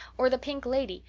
or the pink lady,